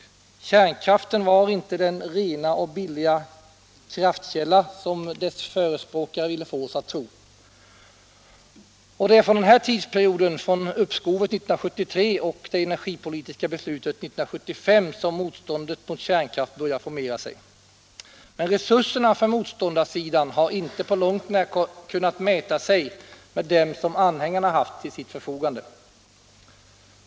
Det stod klart att kärnkraften inte var den rena och billiga kraftkälla som dess förespråkare ville få oss att tro. Det är från denna tidsperiod, med uppskovet 1973 och det energipolitiska beslutet 1975, som motståndet mot kärnkraften började formera sig. Men motståndarsidans resurser har inte på långt när kunna mäta sig med dem som anhängarna har haft till sitt förfogande.